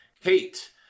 hate